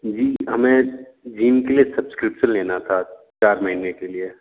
जी हमें जिम के लिए सब्सक्रिप्शन लेना था चार महीने के लिए